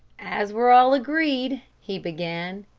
as we're all agreed he began.